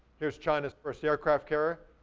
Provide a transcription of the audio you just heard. here's china's first aircraft carrier.